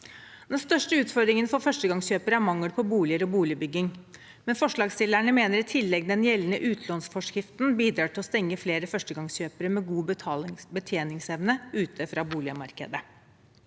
Den største utfordringen for førstegangskjøpere er mangel på boliger og boligbygging, men forslagsstillerne mener i tillegg at den gjeldende utlånsforskriften bidrar til å stenge flere førstegangskjøpere med god betjeningsevne ute fra boligmarkedet.